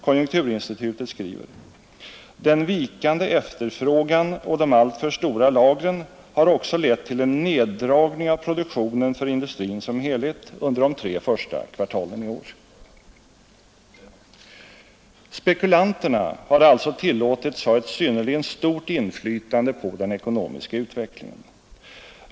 Konjunkturinstitutet skriver: ”Den vikande efterfrågan och de alltför stora lagren har också lett till en neddragning av produktionen för industrin som helhet under de tre första kvartalen i år.” Spekulanterna har alltså tillåtits ha ett synnerligen stort inflytande på den ekonomiska utvecklingen.